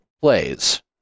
plays